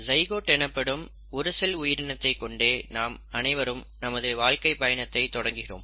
zygote எனப்படும் ஒரு cell உயிரினத்தை கொண்டே நாம் அனைவரும் நமது வாழ்க்கை பயணத்தை தொடங்குகிறோம்